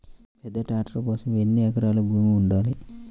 పెద్ద ట్రాక్టర్ కోసం ఎన్ని ఎకరాల భూమి ఉండాలి?